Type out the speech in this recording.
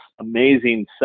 amazing